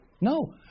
No